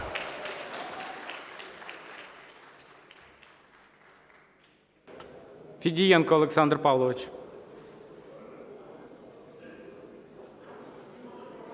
Федієнко Олександр Павлович.